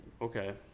Okay